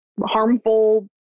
harmful